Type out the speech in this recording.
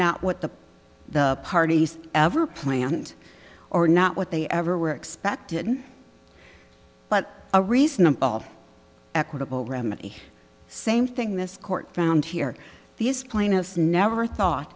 not what the the parties ever planned or not what they ever were expected but a reasonable equitable remedy same thing this court found here these plaintiffs never thought